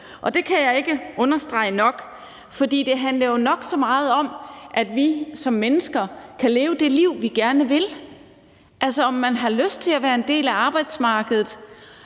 Det kan jeg ikke understrege nok, for det handler jo nok så meget om, at vi som mennesker kan leve det liv, vi gerne vil, altså om man har lyst til at være en del af arbejdsmarkedet,